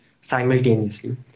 simultaneously